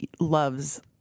loves